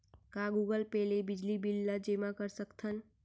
का Google Pay ले बिजली बिल ल जेमा कर सकथन?